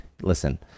listen